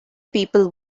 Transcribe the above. people